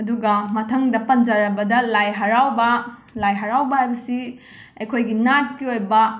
ꯑꯗꯨꯒ ꯃꯊꯪꯗ ꯄꯟꯖꯔꯕꯗ ꯂꯥꯏ ꯍꯔꯥꯎꯕ ꯂꯥꯏ ꯍꯔꯥꯎꯕ ꯍꯥꯏꯕꯁꯤ ꯑꯩꯈꯣꯏꯒꯤ ꯅꯥꯠꯀꯤ ꯑꯣꯏꯕ